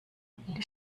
die